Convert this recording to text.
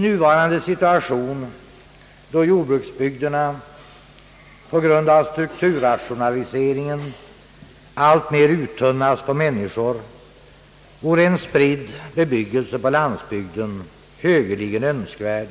I nuvarande situation då jordbruksbygderna på grund av strukturrationaliseringen alltmera uttunnas på människor vore en spridd bebyggelse på landsbygden högeligen önskvärd.